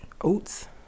Oats